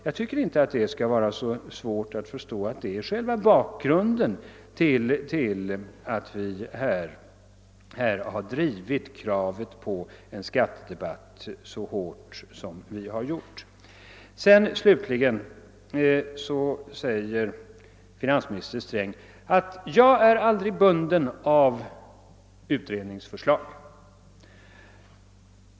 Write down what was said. Jag tycker inte att det borde vara svårt att förstå att detta är själva bakgrunden till att vi har drivit kravet på en skattedebatt så hårt som vi gjort. Slutligen sade finansministern att han aldrig är bunden av utredningsförslag.